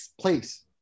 place